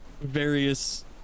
various